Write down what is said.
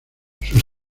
sus